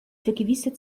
vergewissert